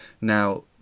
Now